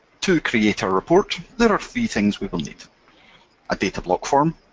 to create a report, there are three things we will need a datablock form,